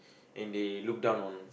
and they look down on